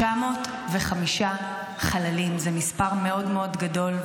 905 חללים זה מספר מאוד מאוד גדול.